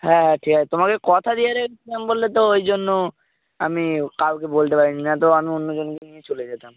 হ্যাঁ ঠিক আছে তোমাকে কথা দিয়ে রেখেছিলাম বলে তো ওই জন্য আমি কাউকে বলতে পারি নি না তো আমি অন্যজনকে নিয়ে চলে যেতাম